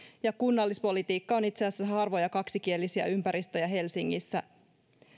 ja kunnallispolitiikka on itse asiassa harvoja kaksikielisiä ympäristöjä helsingissä